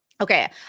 Okay